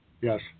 Yes